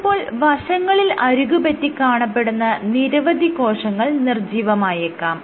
ചിലപ്പോൾ വശങ്ങളിൽ അരികുപറ്റി കാണപ്പെടുന്ന നിരവധി കോശങ്ങൾ നിർജ്ജീവമായേക്കാം